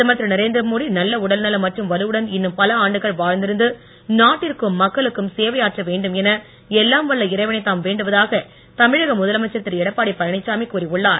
பிரதமர் திரு நரேந்திரமோடி நல்ல உடல் நலம் மற்றும் வலுவுடன் இன்னும் பல ஆண்டுகள் வாழந்திருந்து நாட்டிற்கும் மக்களுக்கும் சேவை ஆற்ற வேண்டும் என எல்லாம் வல்ல இறைவனை தாம் வேண்டுவதாக தமிழக முதலமைச்சர் திரு எடப்பாடி பழனிச்சாமி கூறி உள்ளார்